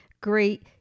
great